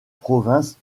provinces